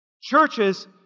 Churches